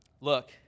Look